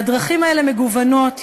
והדרכים האלה מגוונות,